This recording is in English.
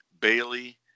Bailey